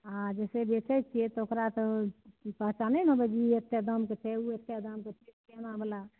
अहाँ जैसे बेचैत छियै तऽ ओकरा तऽ पहचानै ने होएबै ई एतेक दामके छै ओ ओतेक दामके छै सिआना बला